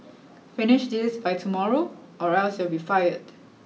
finish this by tomorrow or else you'll be fired